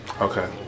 Okay